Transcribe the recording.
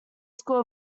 school